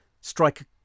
strike